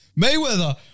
Mayweather